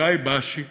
גיא בשי,